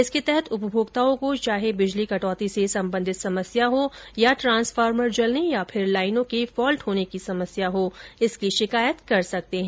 इसके तहत उपमोक्ताओं को चाहे बिजली कटौती से संबंधित समस्या हो या ट्रांसफार्मर जलने या फिर लाइनों के फाल्ट होने की समस्या हो इसकी शिकायत कर सकता है